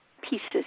pieces